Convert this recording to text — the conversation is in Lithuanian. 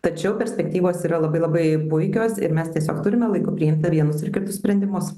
tačiau perspektyvos yra labai labai puikios ir mes tiesiog turime laiku priimti vienus ir kitus sprendimus